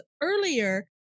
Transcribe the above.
earlier